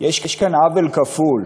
יש כאן עוול כפול.